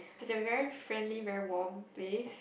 is a very friendly very warm place